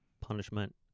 punishment